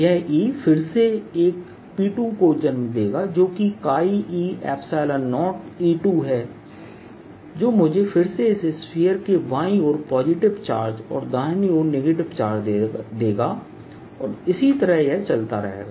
यह E फिर से एक P2को जन्म देगा जोकि e0E2है जो मुझे फिरसे इस स्फीयर के बाईं ओर पॉजिटिव चार्ज और दाहिनी ओर नेगेटिव चार्ज देगा और इसी तरह यह चलता रहेगा